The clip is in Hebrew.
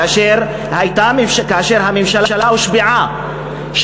כאשר הממשלה הושבעה,